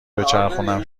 بچرخونم